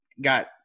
got